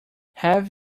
have